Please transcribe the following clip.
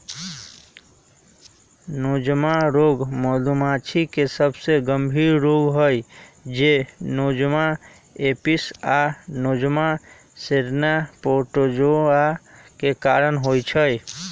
Nosema रोग मधुमाछी के सबसे गंभीर रोग हई जे नोज़ेमा एपिस आ नोज़ेमा सेरेने प्रोटोज़ोआ के कारण होइ छइ